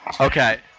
Okay